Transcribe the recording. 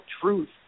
truth